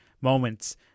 moments